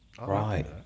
Right